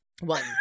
one